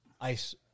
Ice